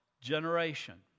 generation